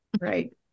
Right